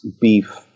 beef